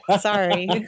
Sorry